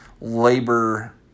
labor